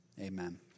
amen